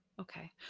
Okay